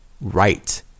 right